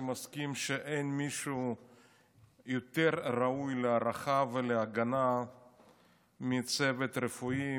אני מסכים שאין מישהו יותר ראוי להערכה ולהגנה מצוות רפואי,